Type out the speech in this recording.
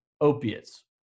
Opiates